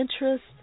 interest